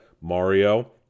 Mario